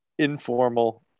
Informal